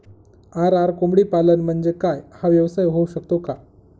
RR कोंबडीपालन म्हणजे काय? हा व्यवसाय होऊ शकतो का?